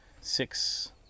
six